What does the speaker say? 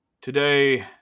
Today